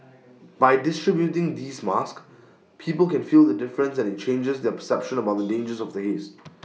by distributing these masks people can feel the difference and IT changes their perception about the dangers of the haze